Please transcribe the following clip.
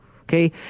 Okay